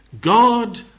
God